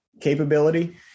capability